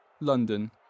London